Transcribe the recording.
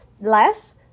less